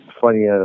funny